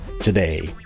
today